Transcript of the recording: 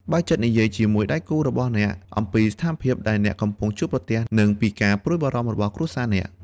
បើកចិត្តនិយាយជាមួយដៃគូរបស់អ្នកអំពីស្ថានភាពដែលអ្នកកំពុងជួបប្រទះ និងពីការព្រួយបារម្ភរបស់គ្រួសារអ្នក។